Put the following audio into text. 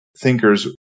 thinkers